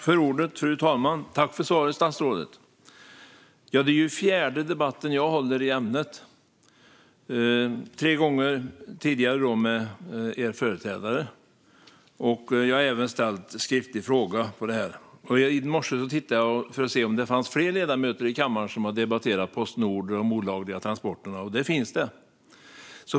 Fru talman! Jag tackar statsrådet för svaret. Det här är fjärde debatten jag håller i ämnet - tre gånger tidigare med statsrådets företrädare. Jag har även väckt en skriftlig fråga. I morse tittade jag för att se om det fanns fler ledamöter i kammaren som hade debatterat de olagliga transporterna inom Postnord. Det finns det.